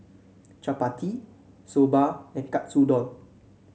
Chapati Soba and Katsudon